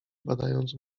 badając